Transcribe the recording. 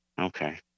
okay